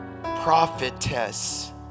prophetess